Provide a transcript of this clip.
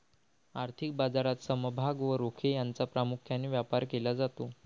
आर्थिक बाजारात समभाग व रोखे यांचा प्रामुख्याने व्यापार केला जातो